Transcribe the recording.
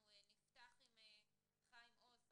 אנחנו נפתח עם חיים עוז,